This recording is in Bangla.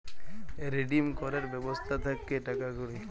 রিডিম ক্যরের ব্যবস্থা থাক্যে টাকা কুড়ি